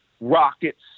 rockets